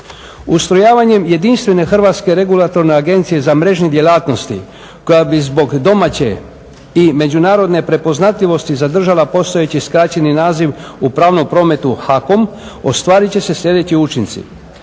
Ustrojavanjem jedinstvene Hrvatske regulatorne agencije za mrežne djelatnosti koja bi zbog domaće i međunarodne prepoznatljivosti zadržala postojeći skraćeni naziv u pravnom prometu HAKOM ostvarit će se sljedeći učinci: